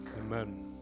Amen